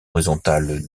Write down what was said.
horizontales